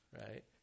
right